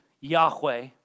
Yahweh